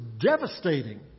devastating